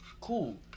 Cool